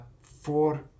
four